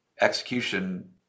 execution